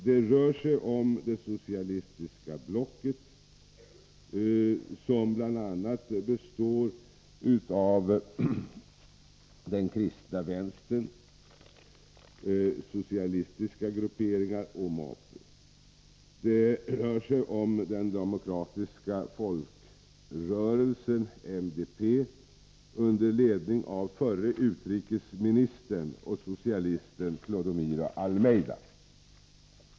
Det rör sig om det socialistiska blocket, som bl.a. består av den kristna vänstern, socialistiska grupperingar och MAPU, samt den demokratiska folkrörelsen MDP under ledning av förre utrikesministern och socialisten Clodomiro Almeyda.